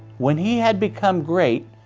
when he had become great,